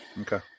Okay